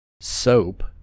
soap